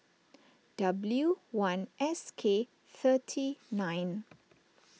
W one S K thirty nine